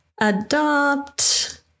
adopt